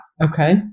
Okay